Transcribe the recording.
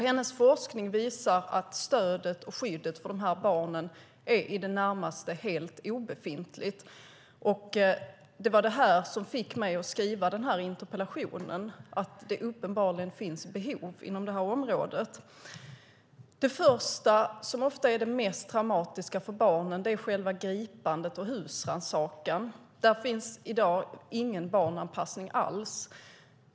Hennes forskning visar att stödet och skyddet för dessa barn är i det närmaste obefintligt. Det var det som fick mig att skriva den här interpellationen - uppenbarligen finns det behov inom detta område. Det första och ofta det mest traumatiska för barnen är själva gripandet och husrannsakan. Där finns i dag ingen barnanpassning alls.